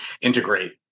integrate